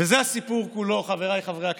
וזה הסיפור כולו, חבריי חברי הכנסת.